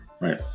Right